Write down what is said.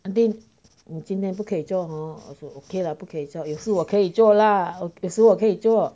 auntie 你今天不可以 hor 我说 okay lah 不可以做有时候我可以做啦有时我可以做